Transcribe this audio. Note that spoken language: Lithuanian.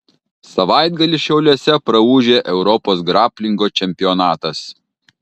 savaitgalį šiauliuose praūžė europos graplingo čempionatas